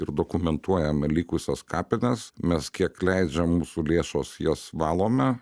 ir dokumentuojame likusias kapines mes kiek leidžia mūsų lėšos jas valome